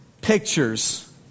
pictures